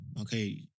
okay